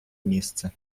місце